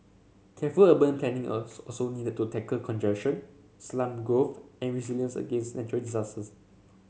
careful urban planning was also needed to tackle congestion slum growth and resilience against natural disasters